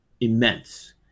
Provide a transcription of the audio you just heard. immense